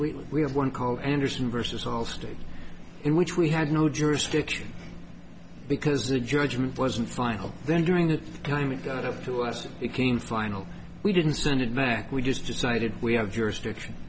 we we have one called andersen versus allstate in which we had no jurisdiction because the judgment wasn't filed then during that time it got up to us it became final we didn't send it back we just decided we have jurisdiction